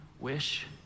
wish